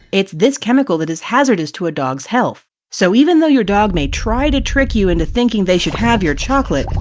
it's this chemical that is hazardous to a dog's health. so even though your dog may try to trick you into thinking they should have your chocolate,